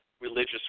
religious